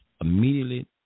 Immediately